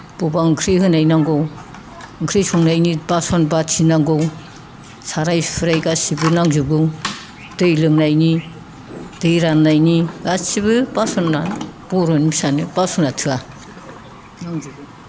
बबेबा ओंख्रि होनाय नांगौ ओंख्रि संनायनि बासन पाति नांगौ साराय सुराय गासैबो नांजोबगौ दै लोंनायनि दै राननायनि गासैबो बासना बर'नि फिसानो बासना थोआ नांजोबगौ